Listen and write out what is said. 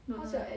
ya lor